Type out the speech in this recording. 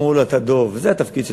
אמרו לו: אתה דוב, זה התפקיד שלך.